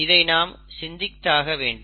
இதை நாம் சிந்தித்தாகவேண்டும்